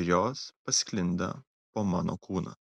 ir jos pasklinda po mano kūną